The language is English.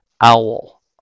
OWL